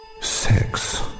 Sex